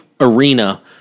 Arena